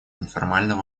неформального